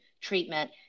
treatment